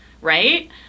right